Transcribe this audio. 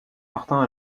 martin